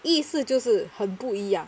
意思就是很不一样